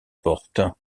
porte